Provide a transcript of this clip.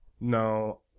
No